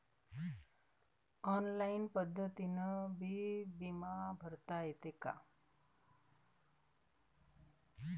Online पद्धतीनं बी बिमा भरता येते का?